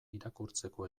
irakurtzeko